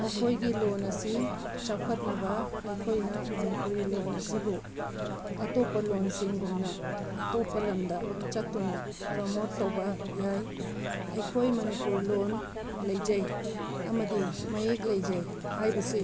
ꯑꯩꯈꯣꯏꯒꯤ ꯂꯣꯟ ꯑꯁꯤ ꯆꯥꯎꯈꯠꯅꯕ ꯑꯩꯈꯣꯏꯅ ꯃꯅꯤꯄꯨꯔꯤ ꯂꯣꯟ ꯑꯁꯤꯕꯨ ꯑꯇꯣꯞꯄ ꯂꯣꯟꯁꯤꯡꯒꯨꯝꯅ ꯑꯇꯣꯞꯄ ꯂꯝꯗ ꯆꯠꯇꯨꯅ ꯄ꯭ꯔꯣꯃꯣꯠ ꯇꯧꯕ ꯌꯥꯏ ꯑꯩꯈꯣꯏ ꯃꯅꯤꯄꯨꯔ ꯂꯣꯟ ꯂꯩꯖꯩ ꯑꯃꯗꯤ ꯃꯌꯦꯛ ꯂꯩꯖꯩ ꯍꯥꯏꯕꯁꯤ